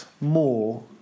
more